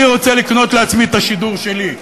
אני רוצה לקנות לעצמי את השידור שלי,